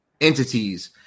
entities